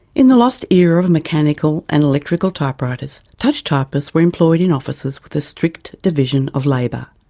in the lost era of mechanical and electrical typewriters, touch typists were employed in offices with a strict division of labour,